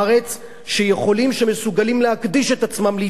שמסוגלים להקדיש את עצמם ליצירה, לכתיבה.